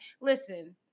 Listen